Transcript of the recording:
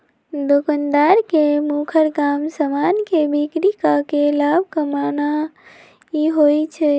दोकानदार के मुखर काम समान के बिक्री कऽ के लाभ कमानाइ होइ छइ